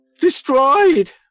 destroyed